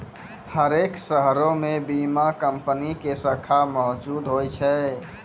हरेक शहरो मे बीमा कंपनी के शाखा मौजुद होय छै